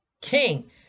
King